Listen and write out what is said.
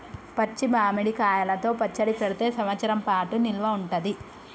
పచ్చి మామిడి కాయలతో పచ్చడి పెడితే సంవత్సరం పాటు నిల్వ ఉంటది